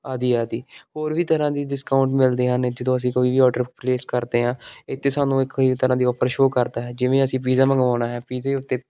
ਆਦਿ ਆਦਿ ਹੋਰ ਵੀ ਤਰ੍ਹਾਂ ਦੀ ਡਿਸਕਾਊਂਟ ਮਿਲਦੇ ਹਨ ਜਦੋਂ ਅਸੀਂ ਕੋਈ ਵੀ ਔਰਡਰ ਪਲੇਸ ਕਰਦੇ ਹਾਂ ਇੱਥੇ ਸਾਨੂੰ ਇੱਕ ਕਈ ਤਰ੍ਹਾਂ ਹਾਂ ਔਫਰ ਸ਼ੋਅ ਕਰਦਾ ਹੈ ਜਿਵੇਂ ਅਸੀਂ ਪੀਜ਼ਾ ਮੰਗਵਾਉਣਾ ਹੈ ਪੀਜ਼ੇ ਉੱਤੇ